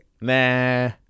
Nah